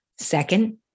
Second